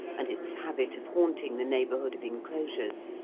and its habit of haunting the neighbourhood of enclosures,